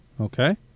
okay